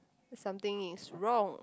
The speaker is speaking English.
something is wrong